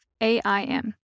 AIM